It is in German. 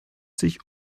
sich